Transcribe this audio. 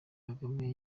kagame